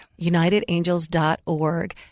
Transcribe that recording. Unitedangels.org